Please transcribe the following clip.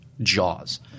Jaws